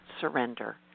surrender